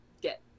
get